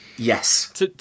Yes